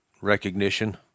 recognition